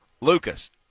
Lucas